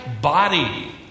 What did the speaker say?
body